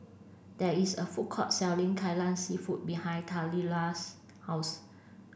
there is a food court selling Kai lan Seafood behind Taliyah's house